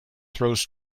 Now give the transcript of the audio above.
throws